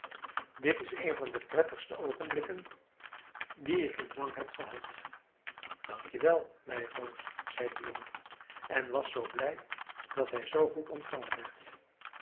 dit is een van de prettigste oogenblikken die ik in lang heb gehad dank je wel meiroos zei de jongen en was zoo blij dat hij zoo goed ontvangen werd